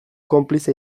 konplize